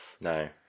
No